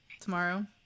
Tomorrow